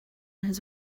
his